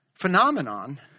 phenomenon